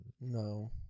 no